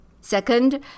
Second